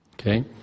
Okay